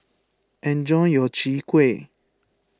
enjoy your Chwee Kueh